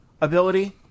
ability